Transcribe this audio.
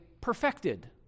perfected